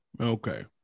Okay